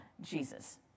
Jesus